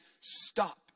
stop